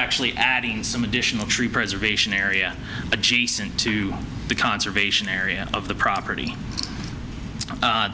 actually adding some additional tree preservation area but she sent to the conservation area of the property